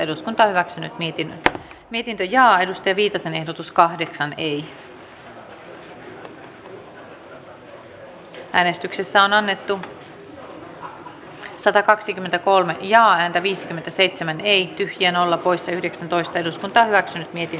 eduskunta edellyttää että hallitus antaa esityksen eri tuloryhmiä tasapuolisesti kohtelevasta lahjoitusvähennyksestä joka kohdistuu suomalaisiin korkeakouluihin ja joka ei mahdollista kaiken verotettavan tulon käyttämistä vähennykseen